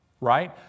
Right